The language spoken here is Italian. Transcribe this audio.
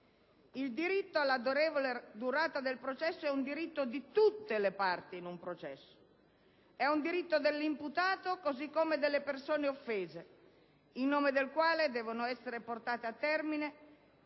Il diritto alla ragionevole durata del processo è un diritto di tutte le parti in un processo: è un diritto dell'imputato così come delle persone offese, in nome del quale devono essere portate a termine,